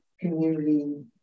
community